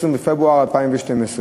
21 בפברואר 2012,